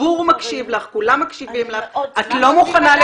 אני מאוד שמחה --- הציבור מקשיב לך,